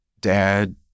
dad